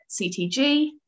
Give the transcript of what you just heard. CTG